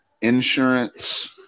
insurance